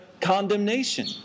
condemnation